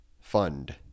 fund